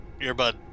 earbud